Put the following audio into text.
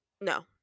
No